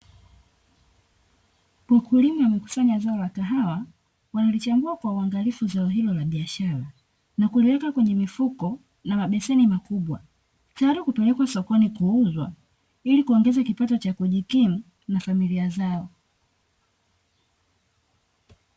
Wakulima walimekusanya zao la kahawa, wakilichambua kwa uangarifu zao hilo la biashara na kuweka kwenye na mabeseni makubwa tayari kwaajili ya kupelekwa sokoni kuuzwa, ili kuongeza kipato cha kujikimu na familia zao